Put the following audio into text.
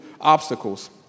obstacles